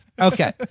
Okay